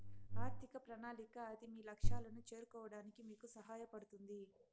ఆర్థిక ప్రణాళిక అది మీ లక్ష్యాలను చేరుకోవడానికి మీకు సహాయపడుతుంది